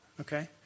okay